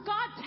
God